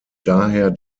daher